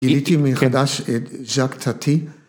‫גיליתי מחדש את ז'אק טאטי.